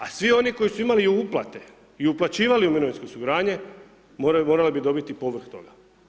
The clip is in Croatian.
A svi oni koji su imali uplate i uplaćivali u mirovinsko osiguranje, morali bi dobiti povrh toga.